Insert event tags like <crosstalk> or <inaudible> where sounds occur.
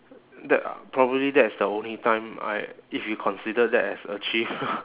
that <noise> probably that is the only time I if you consider that as achieve <noise>